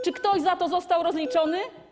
Czy ktoś za to został rozliczony?